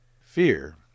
Fear